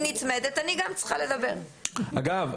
אגב,